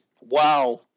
Wow